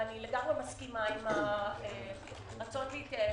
ואני לגמרי מסכימה עם הרצון להתייעל,